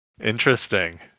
Interesting